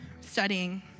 studying